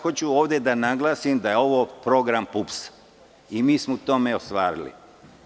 Hoću ovde da naglasim da je ovo program PUPS-a i mi smo to ostvarili.